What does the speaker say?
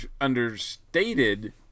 understated